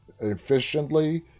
efficiently